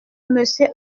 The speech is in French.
monsieur